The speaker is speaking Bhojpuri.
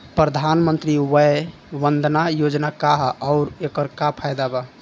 प्रधानमंत्री वय वन्दना योजना का ह आउर एकर का फायदा बा?